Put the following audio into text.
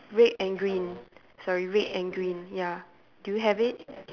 red and green sorry red and green ya do you have it